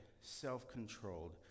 self-controlled